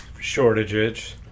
shortages